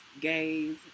gays